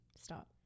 stop